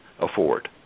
Afford